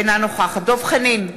אינה נוכחת דב חנין,